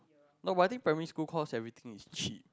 no but I think primary school cause everything is cheap